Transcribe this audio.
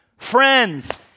Friends